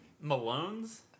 Malone's